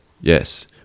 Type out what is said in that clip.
Yes